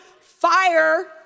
fire